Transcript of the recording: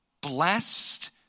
blessed